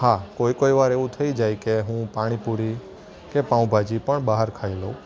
હા કોઈ કોઈ વાર એવું થઈ જાય કે હું પાણીપુરી કે પાઉંભાજી પણ બહાર ખાઈ લઉં